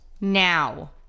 Now